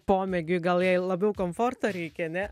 pomėgiui gal jai labiau komforto reikia ne